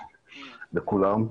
שלום לכולם.